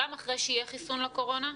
גם אחרי שיהיה חיסון לקורונה,